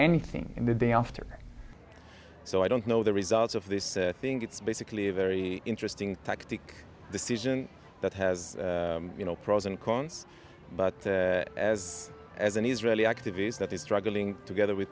anything in the day after so i don't know the results of this thing it's basically a very interesting tactic decision that has you know pros and cons but as an israeli activists that is struggling together w